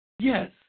Yes